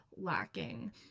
lacking